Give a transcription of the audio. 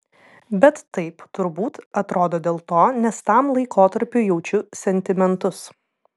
bet taip turbūt atrodo dėl to nes tam laikotarpiui jaučiu sentimentus